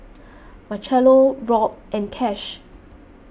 Marchello Robb and Cash